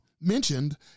mentioned